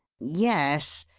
yes.